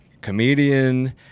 comedian